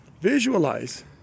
Visualize